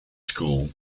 school